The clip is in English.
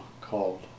called